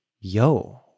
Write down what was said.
Yo